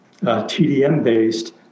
TDM-based